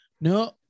no